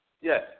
Yes